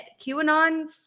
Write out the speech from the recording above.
QAnon